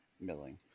milling